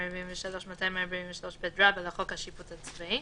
בשינויים המתחייבים מאופייה של מערכת השיפוט הצבאי.